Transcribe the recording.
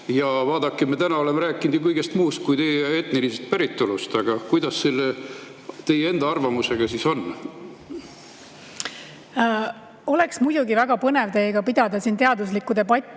Vaadake, me täna oleme rääkinud ju kõigest muust kui teie etnilisest päritolust. Aga kuidas teie enda arvamusega siis on? Oleks muidugi väga põnev pidada siin teiega teaduslikku debatti